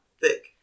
thick